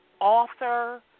author